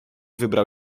wybrał